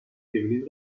evelyn